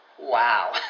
Wow